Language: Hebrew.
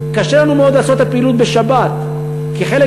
קשה לנו מאוד לעשות את הפעילות בשבת כי חלק